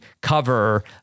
cover